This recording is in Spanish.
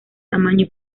tamaño